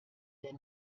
der